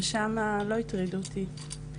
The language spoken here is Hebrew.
ושם לא הטרידו אותי.